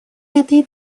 этой